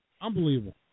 Unbelievable